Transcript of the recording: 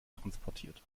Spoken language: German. transportiert